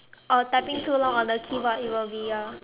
uh typing too long on the keyboard it will be a